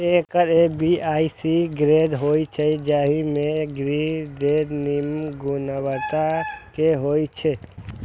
acre A, B आ C grade होइ छै, जाहि मे सी ग्रेड निम्न गुणवत्ता के होइ छै